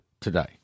today